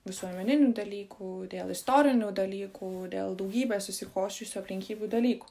visuomeninių dalykų dėl istorinių dalykų dėl daugybės susikosčiusio aplinkybių dalykų